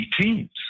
teams